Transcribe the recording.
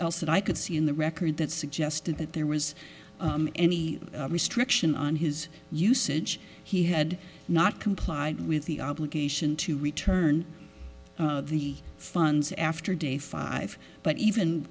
else that i could see in the record that suggested that there was any restriction on his usage he had not complied with the obligation to return the funds after day five but even